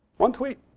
one tweet.